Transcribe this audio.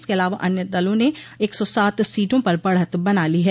इसके अलावा अन्य दलों न एक सौ सात सीटों पर बढ़त बना ली है